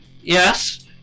Yes